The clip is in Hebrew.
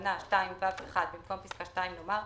בתקנה 2(ו1), במקום פסקה (2) נאמר: